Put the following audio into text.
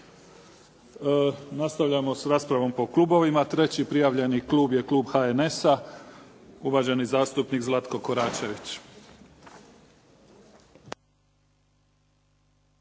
Nastavljamo s raspravom po klubovima. Treći prijavljeni klub je klub HNS-a. Uvaženi zastupnik Zlatko Koračević.